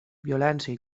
violència